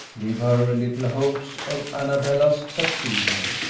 gave her little hopes of annabella's succeeding,